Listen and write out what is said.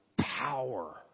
power